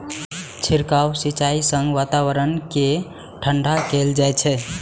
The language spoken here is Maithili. छिड़काव सिंचाइ सं वातावरण कें ठंढा कैल जाइ छै